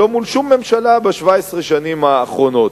לא מול שום ממשלה ב-17 שנים האחרונות.